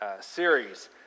series